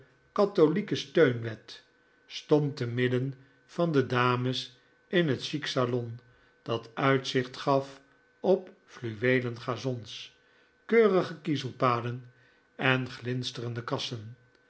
katholieke steunwet stom te midden van de dames in het chic salon dat uitzicht gaf op fluweelen gazons keurige kiezelpaden en glinsterende kassen